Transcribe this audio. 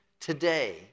today